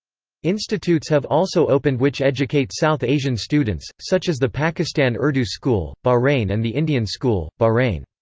institutes have also opened which educate south asian students, such as the pakistan urdu school, bahrain and the indian school, bahrain.